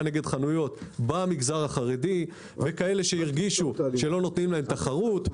נגד חנויות במגזר החרדי וכאלה שהרגישו שלא נותנים להם תחרות.